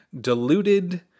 diluted